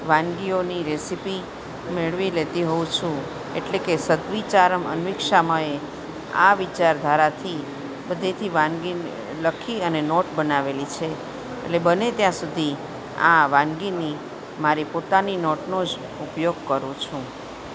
વાનગીઓની રેસિપી મેળવી લેતી હોઉં છું એટલે કે સ્તવિચારમ અન્વીક્ષામય આ વિચાર ધારાથી બધેથી વાનગી લખી અને નોટ બનાવેલી છે એટલે બને ત્યાં સુધી આ વાનગીની મારી પોતાની નોટનોજ ઉપયોગ કરું છું